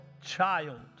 child